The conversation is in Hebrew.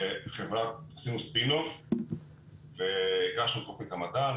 עשינו תוכנית והגשנו למדען,